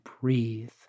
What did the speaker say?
breathe